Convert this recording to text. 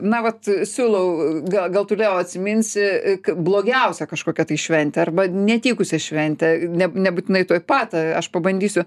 na vat siūlau gal gal tu leo atsiminsi blogiausią kažkokią tai šventę arba netikusią šventę ne nebūtinai tuoj pat aš pabandysiu